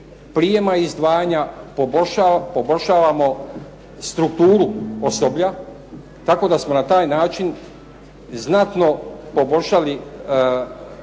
prijema i izdvajanja poboljšavamo strukturu osoblja tako da smo na taj način znatno poboljšali